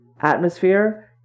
atmosphere